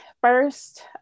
First